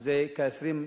זה כ-20%,